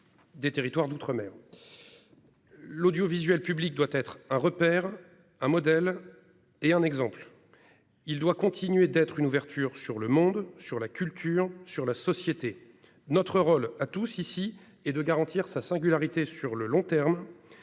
des territoires d'outre-mer. L'audiovisuel public doit être un repère, un modèle et un exemple. Il doit continuer d'être une ouverture sur le monde, sur la culture et sur la société. Notre rôle est de garantir sa singularité sur le long terme